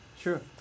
Sure